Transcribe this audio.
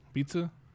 Pizza